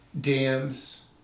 dams